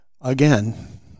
again